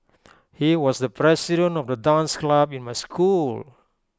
he was the president of the dance club in my school